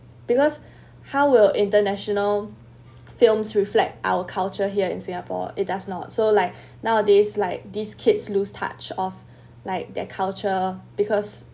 because how will international films reflect our culture here in singapore it does not so like nowadays like these kids lose touch of like their culture because